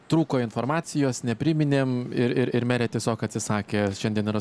trūko informacijos nepriminėm ir ir merė tiesiog atsisakė šiandien yra